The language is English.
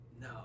No